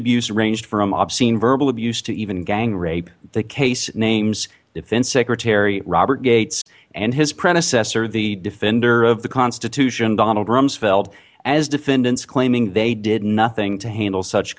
abuse ranged from obscene verbal abuse to even gang rape the case names defense secretary robert gates and his predecessor the defender of the constitution donald rumsfeld as defendants claiming they did nothing to handle such